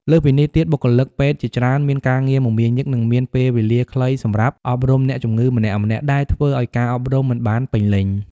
លើសពីនេះទៀត បុគ្គលិកពេទ្យជាច្រើនមានការងារមមាញឹកនិងមានពេលវេលាខ្លីសម្រាប់អប់រំអ្នកជំងឺម្នាក់ៗ ដែលធ្វើឱ្យការអប់រំមិនបានពេញលេញ។